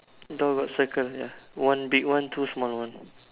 door got circle ya one big one two small one